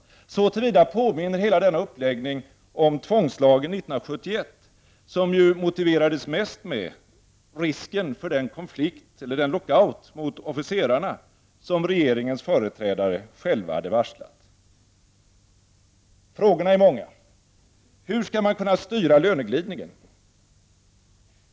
Så till vida påminner hela uppläggningen om tvångslagen 1971, som mest motiverades med risken för den lockout mot officerarna som regeringens företrädare själva hade varslat! Frågorna är många. Hur skall man kunna styra löneglidningen?